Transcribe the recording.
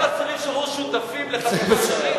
אם כל האסירים שהיו שותפים לחטיפת שליט,